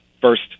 first